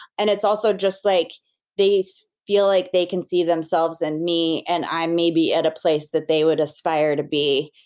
and it's also just like they feel like they can see themselves and me, and i may be at a place that they would aspire to be,